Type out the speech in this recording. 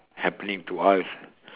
happening to us